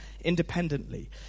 independently